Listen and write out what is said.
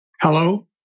Hello